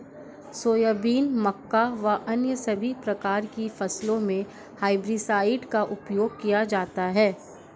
soybean, मक्का व अन्य सभी प्रकार की फसलों मे हेर्बिसाइड का उपयोग किया जाता हैं